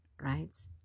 right